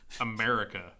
America